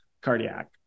cardiac